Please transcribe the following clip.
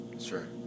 sure